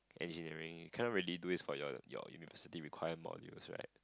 engineering you cannot really do this for your your university required modules right